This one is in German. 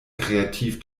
kreativ